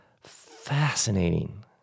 Fascinating